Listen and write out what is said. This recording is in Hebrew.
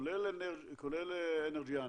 כולל אנרג'יאן,